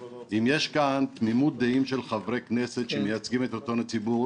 אם יש כאן תמימות דעים של חברי כנסת שמייצגים את רצון הציבור